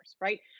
right